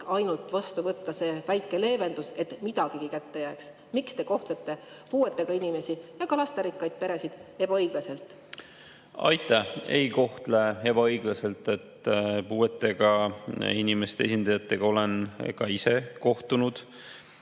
ainult see väike leevendus, et midagigi kätte jääks. Miks te kohtlete puuetega inimesi ja ka lasterikkaid peresid ebaõiglaselt? Aitäh! Ei kohtle ebaõiglaselt. Puuetega inimeste esindajatega olen ka ise kohtunud.